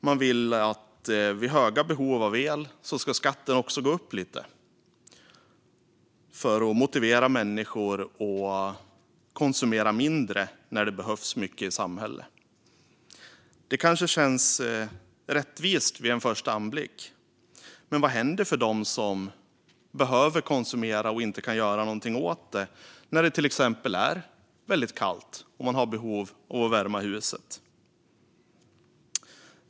Man vill att skatten vid högt elbehov ska gå upp lite för att motivera människor att konsumera mindre när det behövs mycket el i samhället. Detta kanske känns rättvist vid en första anblick. Men vad händer för dem som behöver konsumera och inte kan göra någonting åt det, till exempel när det är väldigt kallt och man har behov av att värma huset?